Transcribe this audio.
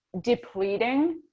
depleting